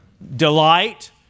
delight